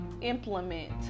implement